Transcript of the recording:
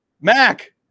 Mac